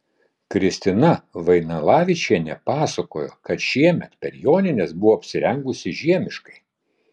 kristina vainalavičienė pasakojo kad šiemet per jonines buvo apsirengusi žiemiškai